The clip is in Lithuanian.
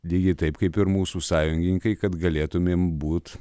lygiai taip kaip ir mūsų sąjungininkai kad galėtumėm būti